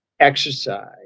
exercise